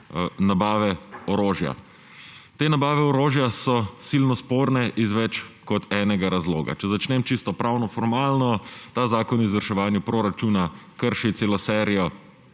nabave orožja. Te nabave orožja so silno sporne iz več kot enega razloga. Če začnem čisto formalnopravno, ta zakon o izvrševanju proračuna krši celo serijo